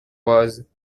oise